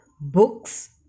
books